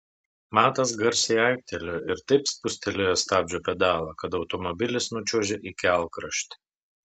matas garsiai aiktelėjo ir taip spustelėjo stabdžio pedalą kad automobilis nučiuožė į kelkraštį